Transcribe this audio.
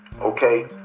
okay